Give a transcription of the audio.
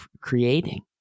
creating